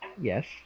Yes